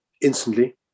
instantly